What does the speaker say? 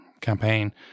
campaign